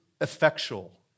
effectual